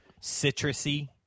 citrusy